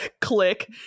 click